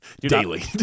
Daily